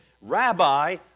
Rabbi